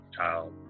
child